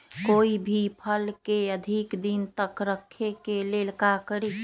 कोई भी फल के अधिक दिन तक रखे के लेल का करी?